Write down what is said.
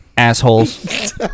Assholes